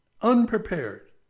unprepared